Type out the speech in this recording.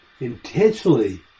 intentionally